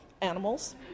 animals